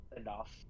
enough